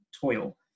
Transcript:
toil